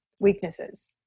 weaknesses